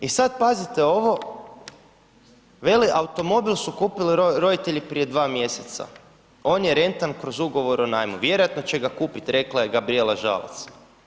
I sad pazite ovo, veli automobil su kupili roditelji prije dva mjeseca, on je rentan kroz Ugovor o najmu, vjerojatno će ga kupit, rekla je Gabrijela Žalac.